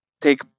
take